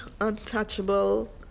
untouchable